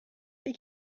they